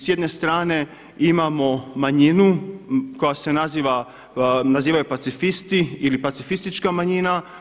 S jedne strane imamo manjinu koja se naziva pacifisti ili pacifistička manjina.